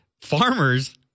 farmers